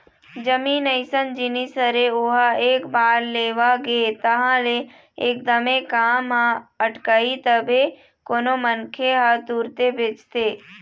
जमीन अइसन जिनिस हरे ओहा एक बार लेवा गे तहाँ ले एकदमे काम ह अटकही तभे कोनो मनखे ह तुरते बेचथे